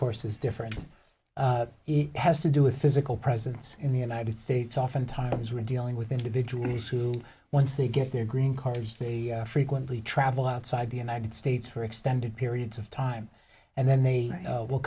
course is different it has to do with physical presence in the united states oftentimes we're dealing with individuals who once they get their green cards they frequently travel outside the united states for extended periods of time and then they will